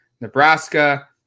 Nebraska